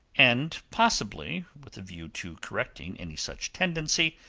and possibly with a view to correcting any such tendency,